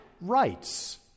rights